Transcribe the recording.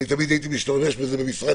אני תמיד הייתי משתמש בזה במשרד